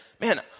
man